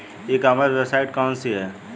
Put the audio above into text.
ई commerce website कौन सी है?